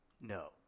No